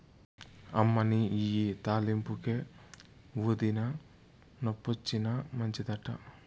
అమ్మనీ ఇయ్యి తాలింపుకే, ఊదినా, నొప్పొచ్చినా మంచిదట